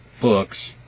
books